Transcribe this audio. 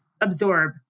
absorb